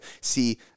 see